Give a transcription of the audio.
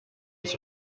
was